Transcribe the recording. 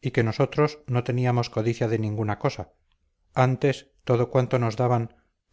y que nosotros no teníamos codicia de ninguna cosa antes todo cuanto nos daban